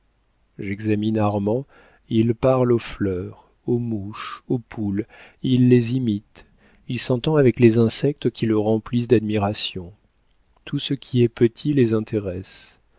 armand il parle aux fleurs aux mouches aux poules il les imite il s'entend avec les insectes qui le remplissent d'admiration tout ce qui est petit les intéresse